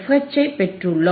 HI பெற்றுள்ளோம்